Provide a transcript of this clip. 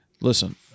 Listen